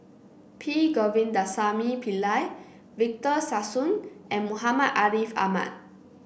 P Govindasamy Pillai Victor Sassoon and Muhammad Ariff Ahmad